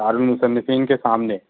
دارالمصنفین کے سامنے